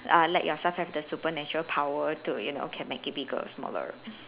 uh let yourself have the supernatural power to you know can make it bigger or smaller